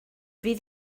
fydd